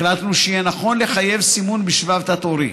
החלטנו שיהיה נכון לחייב סימון בשבב תת-עורי.